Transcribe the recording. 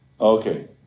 Okay